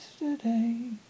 yesterday